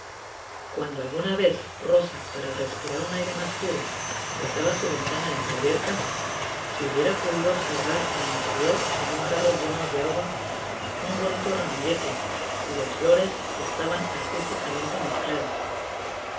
cuando alguna vez rosa para respirar un aire mas puro dejaba su ventana entreabierta se hubiera podido observar al interior en un jarro lleno de agua un bonito ramillete cuyas flores estaban artisticamente mezcladas